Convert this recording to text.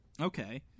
Okay